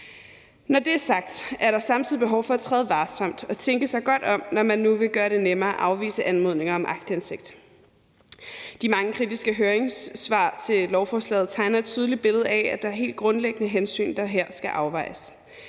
Når det er sagt, er der samtidig behov for at træde varsomt og tænke sig godt om, når man nu vil gøre det nemmere at afvise anmodninger om aktindsigt. De mange kritiske høringssvar til lovforslaget tegner et tydeligt billede af, at der er helt grundlæggende hensyn, der her skal afvejes.